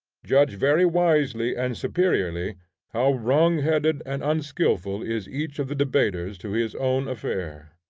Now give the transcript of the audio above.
judge very wisely and superiorly how wrongheaded and unskilful is each of the debaters to his own affair.